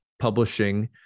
publishing